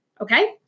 okay